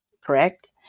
Correct